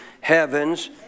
heaven's